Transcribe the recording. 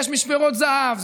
יש משמרות זה"ב.